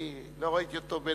לא ראיתי אותו.